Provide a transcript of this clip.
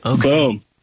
Boom